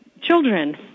children